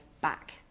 back